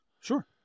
sure